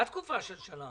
אתם אמרתם, מה תקופה של שנה?